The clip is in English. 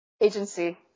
agency